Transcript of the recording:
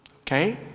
okay